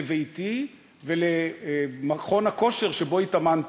לביתי ולמכון הכושר שבו התאמנתי.